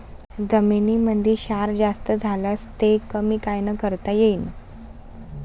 जमीनीमंदी क्षार जास्त झाल्यास ते कमी कायनं करता येईन?